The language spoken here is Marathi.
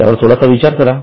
यावर थोडासा विचार करा